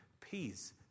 peace